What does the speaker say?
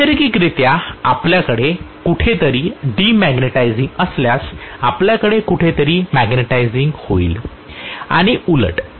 नैसर्गिकरित्या आपल्याकडे कोठेतरी डिमॅग्नेटिझिंग असल्यास आपल्याकडे कोठेतरी मॅग्नेटिझिंग होईल आणि उलट